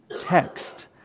text